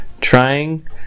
trying